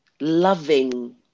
loving